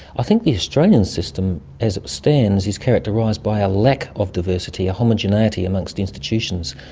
i think the australian system as it stands is characterised by a lack of diversity, a homogeneity amongst institutions.